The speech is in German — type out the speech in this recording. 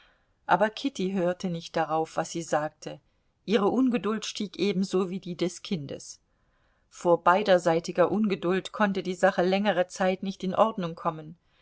aber kitty hörte nicht darauf was sie sagte ihre ungeduld stieg ebenso wie die des kindes vor beiderseitiger ungeduld konnte die sache längere zeit nicht in ordnung kommen